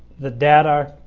the data,